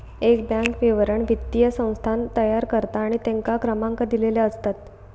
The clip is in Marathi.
एक बॅन्क विवरण वित्तीय संस्थान तयार करता आणि तेंका क्रमांक दिलेले असतत